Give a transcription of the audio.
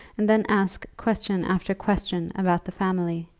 and then ask question after question about the family.